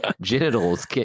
genitals